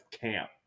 camp